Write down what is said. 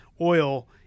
oil –